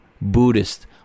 buddhist